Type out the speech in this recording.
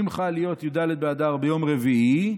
אם חל להיות י"ד באדר ביום רביעי,